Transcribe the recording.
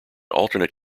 alternate